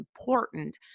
important